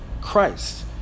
Christ